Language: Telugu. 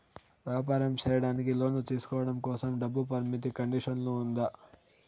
వ్యాపారం సేయడానికి లోను తీసుకోవడం కోసం, డబ్బు పరిమితి కండిషన్లు ఉందా?